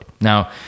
Now